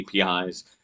APIs